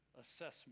assessment